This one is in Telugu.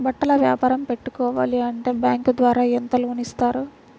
బట్టలు వ్యాపారం పెట్టుకోవాలి అంటే బ్యాంకు ద్వారా ఎంత లోన్ ఇస్తారు?